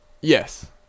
yes